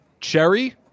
Cherry